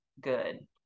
good